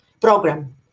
program